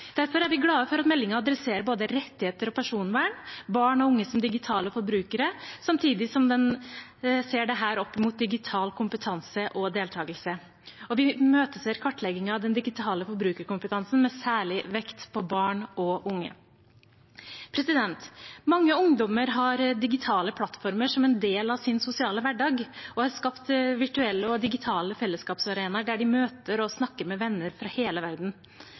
Derfor er vi glade for at meldingen adresserer både rettigheter og personvern og barn og unge som digitale forbrukere, samtidig som den ser dette opp mot digital kompetanse og deltakelse. Vi imøteser kartleggingen av den digitale forbrukerkompetansen med særlig vekt på barn og unge. Mange ungdommer har digitale plattformer som en del av sin sosiale hverdag og har skapt virtuelle og digitale fellesskapsarenaer der de møter og snakker med venner fra hele verden.